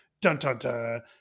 Dun-dun-dun